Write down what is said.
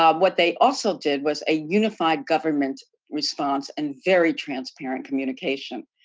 um what they also did was a unified government response, and very transparent communication.